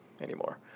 anymore